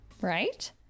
right